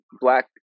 black